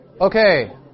Okay